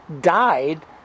died